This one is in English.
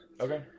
Okay